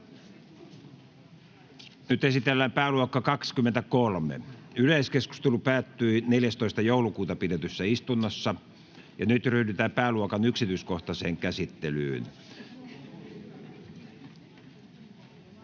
Esitellään pääluokka 23. Yleiskeskustelu päättyi 14.12.2022 pidetyssä täysistunnossa. Nyt ryhdytään pääluokan yksityiskohtaiseen käsittelyyn.